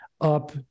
up